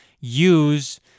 use